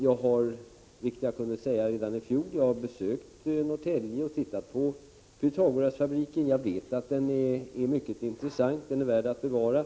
Jag har, vilket jag kunde meddela redan i fjol, besökt Norrtälje och sett på Pythagorasfabriken. Jag vet att den är mycket intressant och värd att bevara.